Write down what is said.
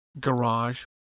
garage